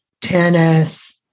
tennis